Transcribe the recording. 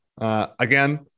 again